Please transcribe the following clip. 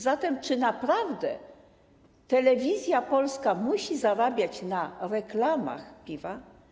Zatem czy naprawdę telewizja polska musi zarabiać na reklamach piwa?